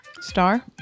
star